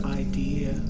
idea